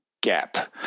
gap